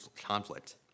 conflict